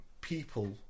people